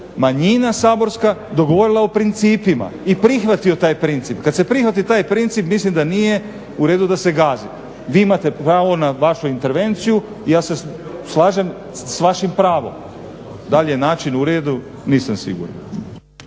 manjina saborska dogovorila o principima i prihvatio taj princip. Kad se prihvati taj princip mislim da nije u redu da se gazi. Vi imate pravo na vašu intervenciju i ja se slažem s vašim pravom. Da li je način u redu, nisam siguran.